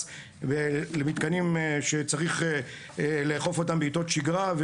למתקנים שצריך לאכוף אותם בעתות שגרה,